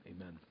Amen